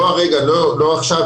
לא עכשיו,